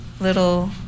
little